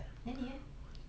then 你 eh